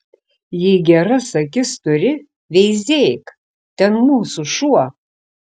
jei geras akis turi veizėk ten mūsų šuo